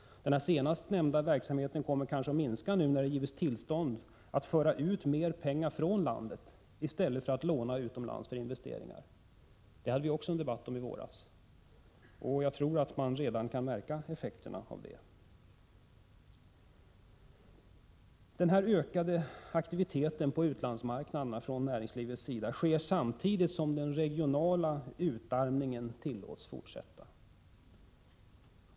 Den senast nämnda verksamheten kommer kanske att minska nu när det har givits tillstånd till att föra ut mer pengar från landet i stället för att låna utomlands för investeringar. Detta hade vi också en debatt om i våras. Jag tror att man redan kan märka effekterna av detta. Denna ökade aktivitet på utlandsmarknaderna från näringslivets sida sker samtidigt som den regionala utarmningen tillåts fortsätta.